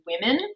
women